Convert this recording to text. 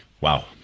Wow